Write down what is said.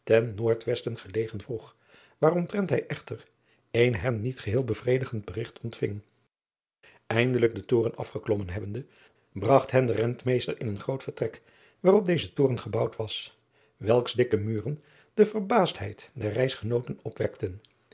oordwesten gelegen vroeg waaromtrent hij echter een hem niet geheel bevredigend berigt ontving indelijk den toren afgeklommen hebbende bragt hen de entmeester in het groot vertrek waarop deze toren gebouwd was welks dikke muren de verbaasdheid der reisgenooten opwekten